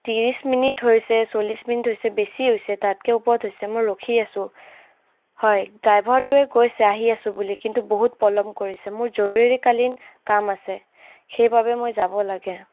ত্ৰিছ মিনিট হৈছে চল্লিছ মিনিট হৈছে বেছি হৈছে তাতকৈ ওপৰত হৈছে মই ৰখি আছোঁ হয় ড্ৰাইভাৰটোৱে কৈছে আহি আছোঁ বুলি কিন্তু বহুত পলম কৰিছে মোৰ জৰুৰীকালীন কাম আছে সেইবাবে মই যাব লাগে